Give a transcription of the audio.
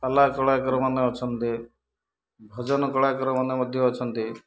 ପାଲା କଳାକାରମାନେ ଅଛନ୍ତି ଭଜନ କଳାକାରମାନେ ମଧ୍ୟ ଅଛନ୍ତି